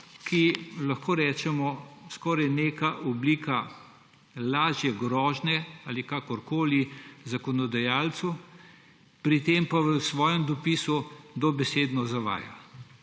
ki, lahko rečemo, je skoraj neka oblika lažje grožnje ali kakorkoli zakonodajalcu. Pri tem pa v svojem dopisu dobesedno zavaja.